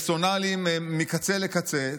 פרסונליים מקצה לקצה.